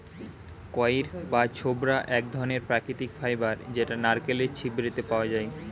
কইর বা ছোবড়া এক ধরণের প্রাকৃতিক ফাইবার যেটা নারকেলের ছিবড়েতে পাওয়া যায়